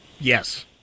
Yes